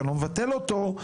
שאני לא מבטל אותו,